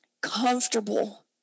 comfortable